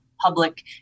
public